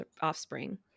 offspring